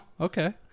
Okay